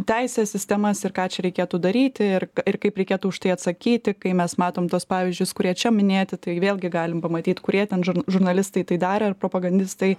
teisės sistemas ir ką čia reikėtų daryti ir ir kaip reikėtų už tai atsakyti kai mes matom tuos pavyzdžius kurie čia minėti tai vėlgi galim pamatyt kurie ten žurnalistai tai darė ar propagandistai